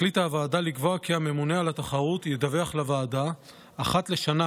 החליטה הוועדה לקבוע כי הממונה על התחרות ידווח לוועדה אחת לשנה,